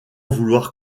vouloir